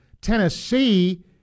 Tennessee